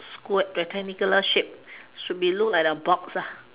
square rectangular shape should be look like a box ah